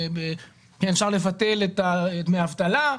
אפשר לבטל את דמי האבטלה,